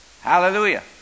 Hallelujah